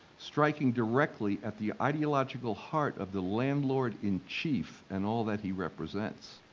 striking directly at the ideological heart of the landlord-in-chief and all that he represents.